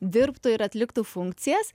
dirbtų ir atliktų funkcijas